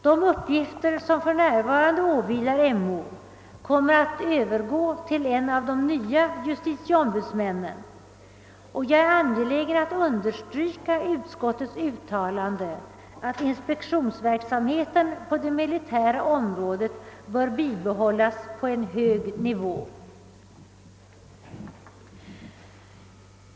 De uppgifter som för närvarande åvilar MO kommer att övergå till en av de nya ombudsmännen. Jag är angelägen att understryka utskottets uttalande, att inspektionsverksamheten på det militära området bör bibehållas på en hög nivå.